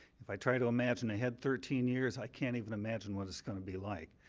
if i try to imagine ahead thirteen years, i can't even imagine what its going to be like.